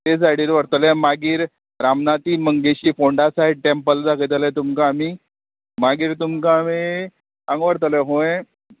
तें सायडीन व्हरतले मागीर रामनाती मंगेशी फोंडा सायड टॅम्पल दाखयतले तुमकां आमी मागीर तुमकां आमी हांगा व्हरतले हूंय